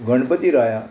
Ganpati Raya